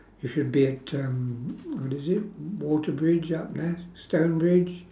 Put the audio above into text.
you should be at um what is it water bridge up yes stone bridge